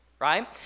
right